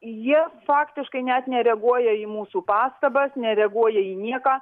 jie faktiškai net nereaguoja į mūsų pastabas nereaguoja į nieką